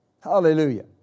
Hallelujah